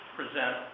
present